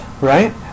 right